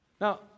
Now